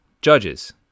judges